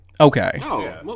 Okay